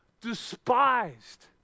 Despised